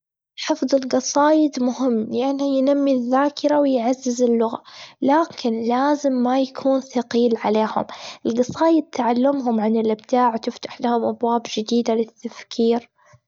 حفض الجصايد مهم يعني ينمي الذاكرة، ويعزز اللغة لكن لازم ما يكون ثقيل عليهم الجصايد تعلمهم عن الإبداع وتفتح لهم أبواب جديدة لتذكير.